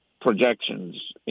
projections